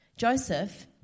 Joseph